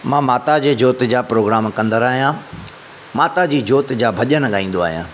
मां माता जे जोति जा प्रोग्राम कंदड़ आहियां माता जी जोति जा भजन ॻाईंदो आहियां